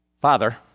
Father